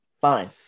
fine